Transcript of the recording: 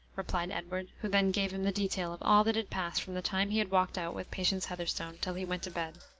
replied edward, who then gave him the detail of all that had passed from the time he had walked out with patience heatherstone till he went to bed.